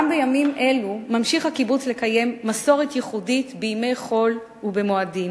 גם בימים אלו ממשיך הקיבוץ לקיים מסורת ייחודית בימי חול ובמועדים,